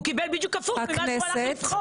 והוא קיבל הפוך ממה שהלך לבחור.